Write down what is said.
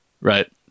Right